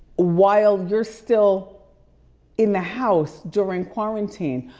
while you're still in the house during quarantine,